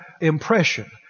impression